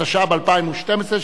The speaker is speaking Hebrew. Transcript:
התשע"ב 2012,